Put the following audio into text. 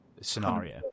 scenario